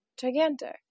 gigantic